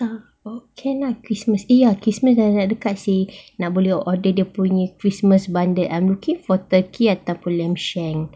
ah okay lah christmas eve lah christmas christmas dah nak dekat seh nak boleh order dia punya christmas bundle I'm looking for turkey ataupun lamb shank